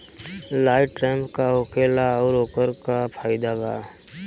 Light trap का होखेला आउर ओकर का फाइदा बा?